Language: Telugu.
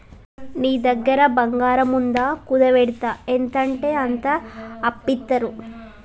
నీ దగ్గర బంగారముందా, కుదువవెడ్తే ఎంతంటంత అప్పిత్తరు